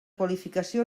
qualificació